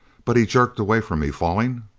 but he jerked away from me. falling?